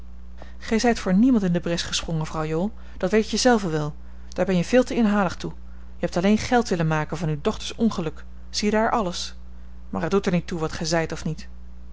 gij zijt voor niemand in de bres gesprongen vrouw jool dat weet je zelve wel daar ben je veel te inhalig toe je hebt alleen geld willen maken van uw dochters ongeluk ziedaar alles maar het doet er niet toe wat gij zijt of niet